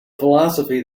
philosophy